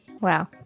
Wow